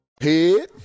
head